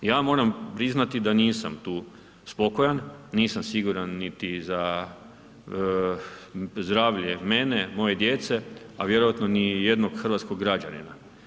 Ja moram priznati da nisam tu spokojan, nisam siguran niti za zdravlje mene, moje djece a vjerojatno ni jednog hrvatskog građanina.